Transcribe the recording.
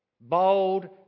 Bold